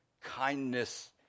kindness